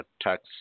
tax